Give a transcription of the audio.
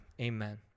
amen